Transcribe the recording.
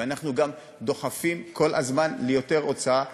ואנחנו גם דוחפים כל הזמן ליותר הוצאה ציבורית.